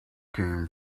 came